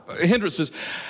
hindrances